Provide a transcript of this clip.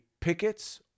pickets